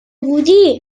بودی